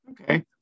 Okay